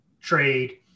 trade